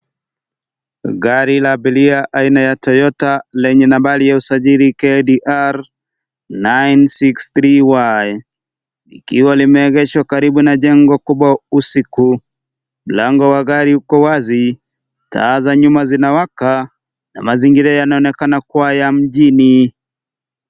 Gari la abiria aina ya Toyota lenye nambari ya usajili KDR 963Y, likiwa limeegeshwa karibu na jengo kubwa usiku, mlango wa gari uko wazi, taa za nyuma zinawaka na mazingira yanaonekana kuwa ya mjini.